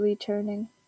turning